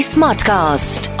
Smartcast